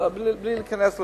בלי להיכנס לפרטים,